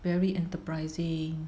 very enterprising